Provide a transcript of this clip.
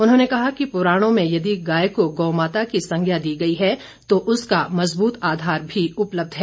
उन्होंने कहा कि पुराणो में यदि गाय को गौमाता की संज्ञा दी गई है तो उसका मजबूत आधार भी उपलब्ध है